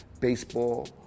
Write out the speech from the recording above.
baseball